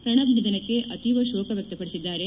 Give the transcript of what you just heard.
ಪ್ರಣಬ್ ನಿಧನಕ್ಕೆ ಅತೀವ ಶೋಕ ವ್ಯಕ್ತಪಡಿಸಿದ್ದಾರೆ